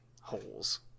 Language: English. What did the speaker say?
holes